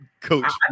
Coach